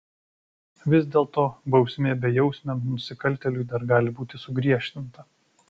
vis dėlto bausmė bejausmiam nusikaltėliui dar gali būti sugriežtinta